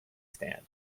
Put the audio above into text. stand